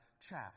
chaff